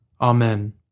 Amen